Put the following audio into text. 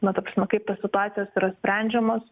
na ta prasme kaip tos situacijos yra sprendžiamos